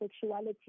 sexuality